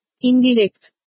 Indirect